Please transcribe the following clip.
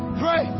pray